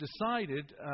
decided